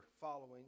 following